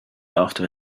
after